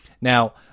Now